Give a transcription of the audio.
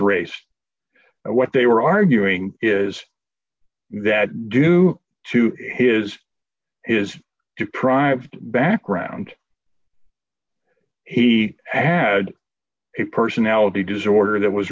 race and what they were arguing is that due to his his deprived background he had a personality disorder that was